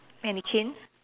mannequin